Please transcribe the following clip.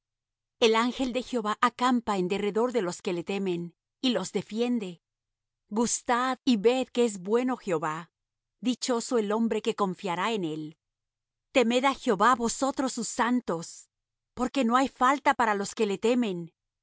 el ángel de jehová acampa en derredor de los que le temen y los defiende gustad y ved que es bueno jehová dichoso el hombre que confiará en él temed á jehová vosotros sus santos porque no hay falta para los que le temen